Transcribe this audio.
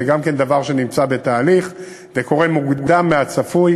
גם זה דבר שנמצא בתהליך, וזה קורה מוקדם מהצפוי.